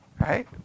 Right